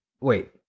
wait